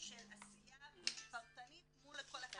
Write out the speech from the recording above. של עשייה פרטנית מול כל אחד